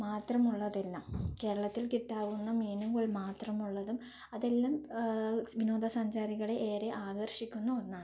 മാത്രമുള്ളതല്ല കേരളത്തിൽ കിട്ടാവുന്ന മീനുകൾ മാത്രമുള്ളതും അതെല്ലാം വിനോദസഞ്ചാരികളെ ഏറെ ആകർഷിക്കുന്ന ഒന്നാണ്